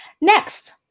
Next